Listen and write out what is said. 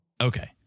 Okay